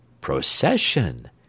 Procession